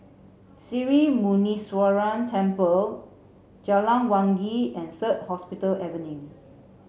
Sri Muneeswaran Temple Jalan Wangi and Third Hospital Avenue